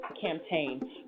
campaign